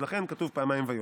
אז לכן כתוב פעמיים "ויאמר".